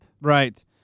Right